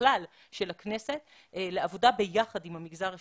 הכנסת לעבודה ביחד עם המגזר השלישי,